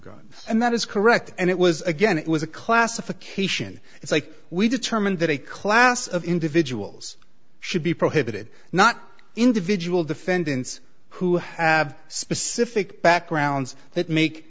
guns and that is correct and it was again it was a classification it's like we determine that a class of individuals should be prohibited not individual defendants who have specific backgrounds that make